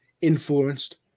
influenced